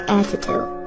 attitude